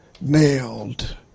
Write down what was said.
nailed